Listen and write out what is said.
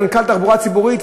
מנכ"ל תחבורה ציבורית,